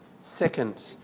Second